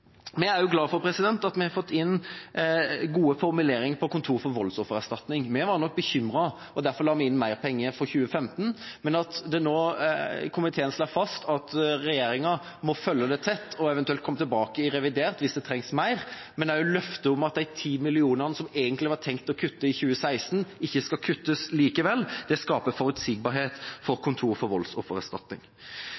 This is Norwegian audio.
Vi er også glad for at vi har fått inn gode formuleringer når det gjelder Kontoret for voldsoffererstatning. Vi var noe bekymret, og derfor la vi inn mer penger for 2015. Men komiteen slår fast at regjeringa må følge dette tett og eventuelt komme tilbake i revidert hvis det trengs mer, men løftet om at de 10 mill. kr som man egentlig tenkte å kutte med i 2016, ikke skal kuttes likevel, skaper forutsigbarhet for